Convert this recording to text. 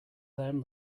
them